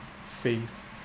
faith